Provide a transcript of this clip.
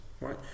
right